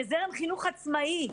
כזרם חינוך העצמאי,